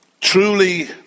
Truly